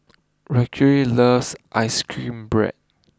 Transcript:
Racquel loves Ice cream Bread